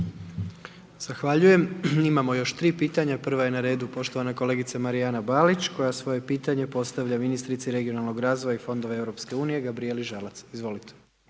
Zahvaljujem. Imamo još 3 pitanja. Prva je na redu poštovana kolegica Marijana Balić koja svoje pitanje postavlja ministrici regionalnog razvoja i fondova EU Gabrijeli Žalac. Izvolite.